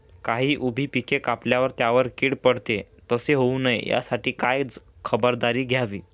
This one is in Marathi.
काही उभी पिके कापल्यावर त्यावर कीड पडते, तसे होऊ नये यासाठी काय खबरदारी घ्यावी?